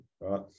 Right